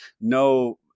no